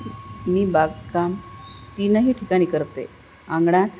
मी बागकाम तीनही ठिकाणी करते अंगणात